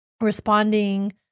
responding